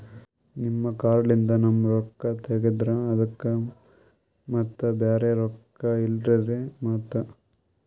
ನಿಮ್ ಕಾರ್ಡ್ ಲಿಂದ ನಮ್ ರೊಕ್ಕ ತಗದ್ರ ಅದಕ್ಕ ಮತ್ತ ಬ್ಯಾರೆ ರೊಕ್ಕ ಇಲ್ಲಲ್ರಿ ಮತ್ತ?